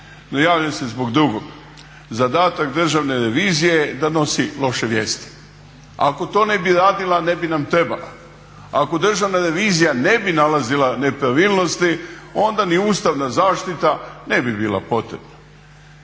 No javljam se zbog drugog. Zadatak Državne revizije je da nosi loše vijesti, ako to ne bi radila ne bi nam trebala. Ako Državna revizija ne bi nalazila nepravilnosti onda ni ustavna zaštita ne bi bila potrebna.